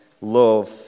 love